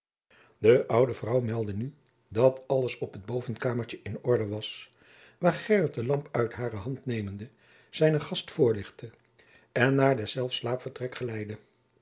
de oude vrouw meldde nu dat alles op het jacob van lennep de pleegzoon bovenkamertje in orde was waarop gheryt de lamp uit hare hand nemende zijnen gast voorlichtte en naar deszelfs